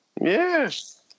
Yes